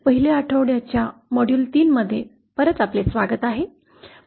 पहिल्या आठवड्याच्या मॉड्यूल 3 मध्ये परत आपले स्वागत आहे